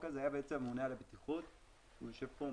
הזה היה הממונה על הבטיחות שיושב כאן,